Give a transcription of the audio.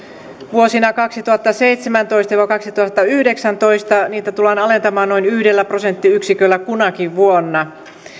vuosina kaksituhattaseitsemäntoista viiva kaksituhattayhdeksäntoista niitä tullaan alentamaan noin yhdellä prosenttiyksiköllä kunakin vuonna